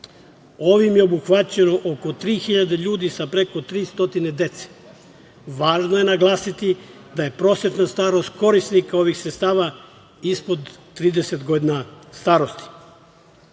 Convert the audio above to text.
Ovim je obuhvaćeno oko 3.000 ljudi sa preko 300 dece. Važno je naglasiti da je prosečna starost korisnika ovih sredstava ispod 30 godina starosti. Ovi